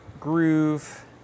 groove